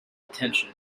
attention